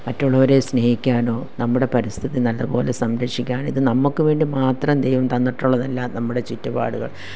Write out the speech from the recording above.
മറ്റുള്ളവരെ സ്നേഹിക്കാനോ നമ്മുടെ പരിസ്ഥിതി നല്ല പോലെ സംരക്ഷിക്കാനോ ഇത് നമ്മള്ക്ക് വേണ്ടി മാത്രം ദൈവം തന്നിട്ടുള്ളതല്ല നമ്മുടെ ചുറ്റുപാടുകൾ